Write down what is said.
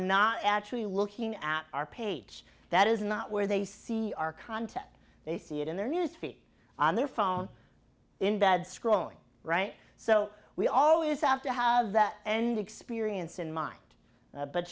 not actually looking at our page that is not where they see our content they see it in their news feed on their phone in bed scrolling right so we always have to have that end experience in mind but